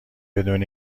بدون